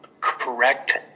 correct